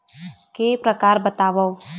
के प्रकार बतावव?